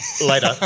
Later